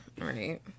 right